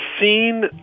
scene